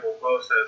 process